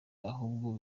ahubwo